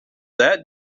that